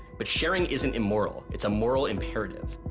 but sharing isn't immoral it's a moral imperative.